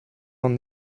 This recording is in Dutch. dan